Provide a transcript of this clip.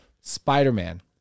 Spider-Man